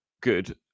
good